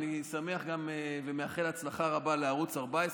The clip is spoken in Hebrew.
אני שמח גם ומאחל הצלחה רבה לערוץ 14,